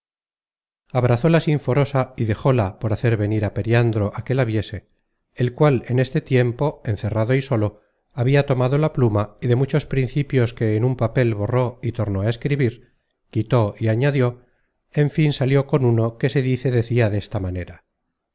obediencia abrazóla sinforosa y dejóla por hacer venir á periandro á que la viese el cual en este tiempo encerrado y solo habia tomado la pluma y de muchos principios que en un papel borró y tornó á escribir quitó y añadió en fin salió con uno que se dice decia desta manera